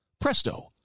Presto